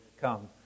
come